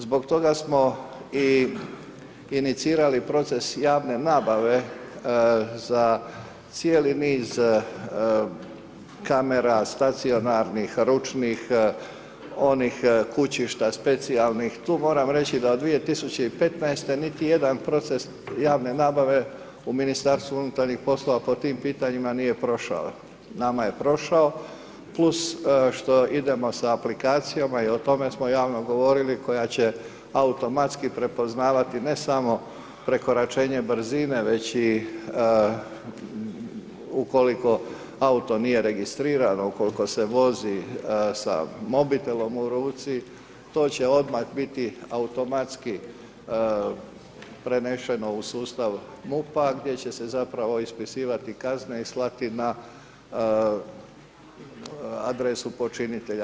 Zbog toga smo i inicirali proces javne nabave za cijeli niz kamera, stacionarnih ručnih, onih kućišta specijalnih tu moram reći da od 2015. niti jedan proces javne nabave u MUP-u po tim pitanjima nije prošao, nama je pošao, plus što idemo sa aplikacijama i o tome smo javno govorili koja će automatski prepoznavati ne samo prekoračenje brzine, već i ukoliko auto nije registriran, ukoliko se vozi sa mobitelom u ruci to će odmah biti automatski prenešeno u sustav MUP-a gdje će se zapravo ispisivati kazne i slati na adresu počinitelja.